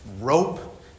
rope